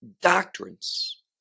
doctrines